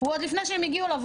עוד לפני שהם מגיעים אליו